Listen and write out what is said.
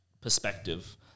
perspective